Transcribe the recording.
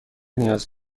نیاز